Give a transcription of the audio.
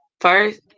first